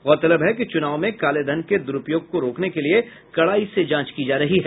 गौरतलब है कि चुनाव में कालेधन के दुरूपयोग को रोकने के लिये कड़ाई से जांच की जा रही है